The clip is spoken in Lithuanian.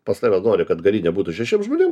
pas tave nori kad garinė būtų šešiem žmonėm